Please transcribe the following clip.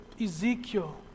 Ezekiel